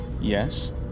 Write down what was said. Yes